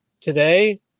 today